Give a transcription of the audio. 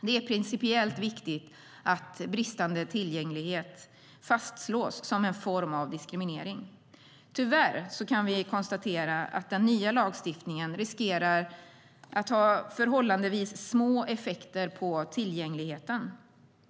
Det är principiellt viktigt att bristande tillgänglighet fastslås som en form av diskriminering. Tyvärr kan vi konstatera att den nya lagstiftningen riskerar att ha förhållandevis små effekter på tillgängligheten.